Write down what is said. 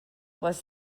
was